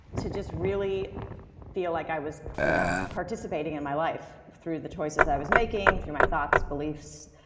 to just really feel like i was you know participating in my life through the choices i was making through my thoughts, beliefs,